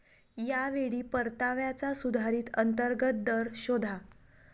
या वेळी परताव्याचा सुधारित अंतर्गत दर शोधा